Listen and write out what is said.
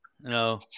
No